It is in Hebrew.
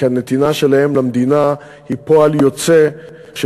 כי הנתינה שלהם למדינה היא פועל יוצא של